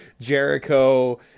Jericho